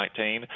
2019